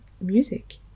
music